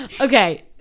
Okay